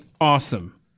awesome